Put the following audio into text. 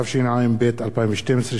התשע"ב 2012,